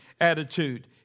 attitude